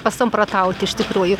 pasamprotauti iš tikrųjų